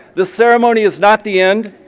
the ceremony is not the end.